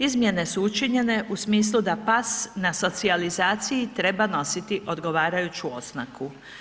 Izmjene su učinjene u smislu da pas na socijalizaciji treba nositi odgovarajuću oznaku.